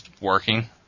working